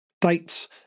dates